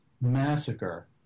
massacre